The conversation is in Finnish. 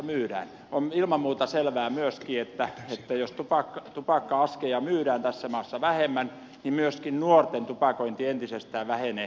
on ilman muuta selvää myöskin että jos tupakka askeja myydään tässä maassa vähemmän niin myöskin nuorten tupakointi entisestään vähenee